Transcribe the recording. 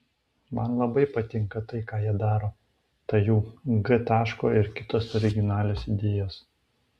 man labai patinka tai ką jie daro ta jų g taško ir kitos originalios idėjos